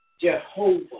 Jehovah